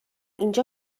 اینجا